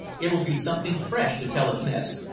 it'll be something fresh to tell at mess,